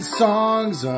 songs